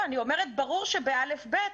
ברור שבכיתות א'-ב',